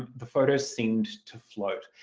the photos seemed to float.